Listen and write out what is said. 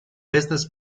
business